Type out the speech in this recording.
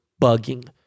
bugging